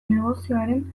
negozioaren